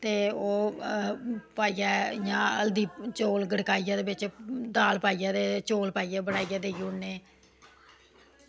ते ओह् पाइयै इंया हल्दी चौल गढ़काइयै ते बिच दाल पाइयै चौल पाइयै बिच देई ओड़ने